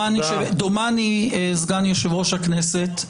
דומני סגן יושב-ראש הכנסת,